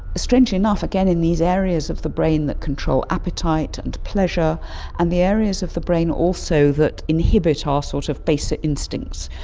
strangely enough, again in these areas of the brain that control appetite and pleasure and the areas of the brain also that inhibit our ah sort of basic instincts.